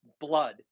blood